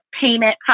payment